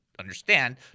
understand